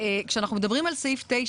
כשאנחנו מדברים על סעיף 9